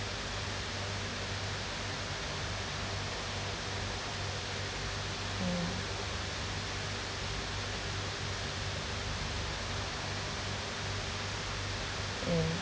mm mm